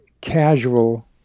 casual